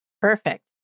Perfect